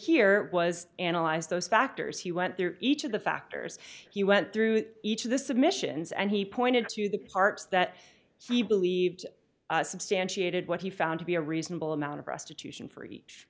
here was analyze those factors he went through each of the factors he went through each of the submissions and he pointed to the parts that he believed substantiated what he found to be a reasonable amount of restitution for each